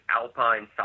Alpine